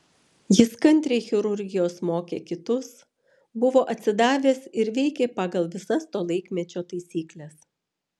jis kantriai chirurgijos mokė kitus buvo atsidavęs ir veikė pagal visas to laikmečio taisykles